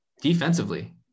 defensively